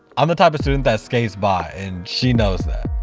i'm the type of student that skates by and she knows that